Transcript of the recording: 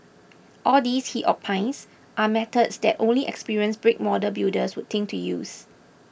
all these he opines are methods that only experienced brick model builders would think to use